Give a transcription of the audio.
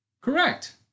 Correct